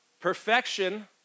Perfection